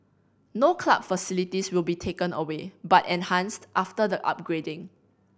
no club facilities will be taken away but enhanced after the upgrading